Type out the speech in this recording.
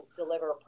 deliver